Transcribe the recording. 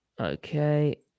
Okay